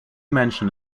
menschen